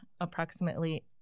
approximately